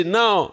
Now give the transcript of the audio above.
now